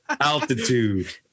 altitude